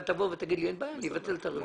אתה תבוא ותאמר שאין בעיה ואני אסיר את הרביזיה.